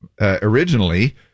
originally